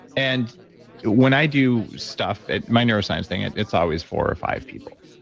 and when i do stuff at my neuroscience thing, it's always four or five people.